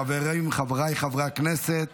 חבריי חברי הכנסת,